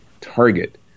target